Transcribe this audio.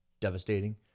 devastating